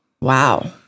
Wow